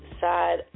side